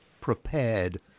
prepared